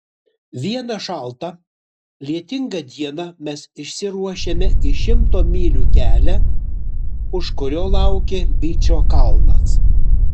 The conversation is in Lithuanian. vieną šaltą lietingą dieną mes išsiruošėme į šimto mylių kelią už kurio laukė byčo kalnas